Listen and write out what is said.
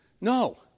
No